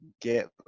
get